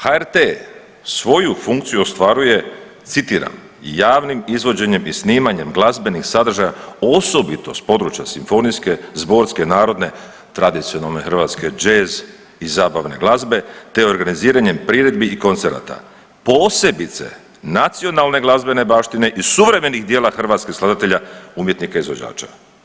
HRT svoju funkciju ostvaruje citiram javnim izvođenjem i snimanjem glazbenih sadržaja osobito s područja simfonijske, zborske, narodne, tradicionalne hrvatske, jazz i zabavne glazbe te organiziranjem priredbi i koncerata, posebice nacionalne glazbene baštine i suvremenih djela hrvatskih skladatelja, umjetnika izvođača.